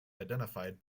identified